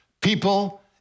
People